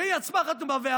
שהיא עצמה חתומה עליה.